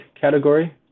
category